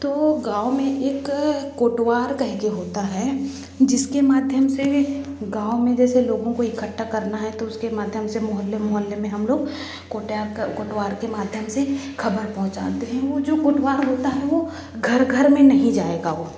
तो गाँव में एक कोटवार कह के होता है जिसके माध्यम से गाँव में जैसे लोगों को इकठ्ठा करना है तो उसके माध्यम से मोहल्ले मोहल्ले में हम लोग कोटयार कोटवार के माध्यम से खबर पहुँचाते हैं वो जो कोटवार होता है वो घर घर में नहीं जाएगा वो